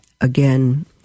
again